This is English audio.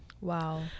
Wow